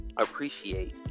appreciate